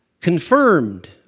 confirmed